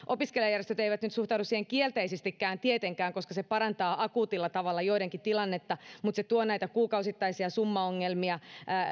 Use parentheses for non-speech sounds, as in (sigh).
(unintelligible) opiskelijajärjestöt eivät nyt suhtaudu siihen kielteisestikään tietenkään koska se parantaa akuutilla tavalla joidenkin tilannetta mutta se tuo näitä kuukausittaisia summaongelmia ja